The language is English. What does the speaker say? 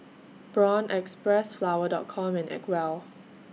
Braun Xpressflower Dot Com and Acwell